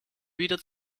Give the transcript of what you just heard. wieder